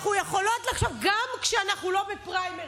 אנחנו יכולות לחשוב גם כשאנחנו לא בפריימריז.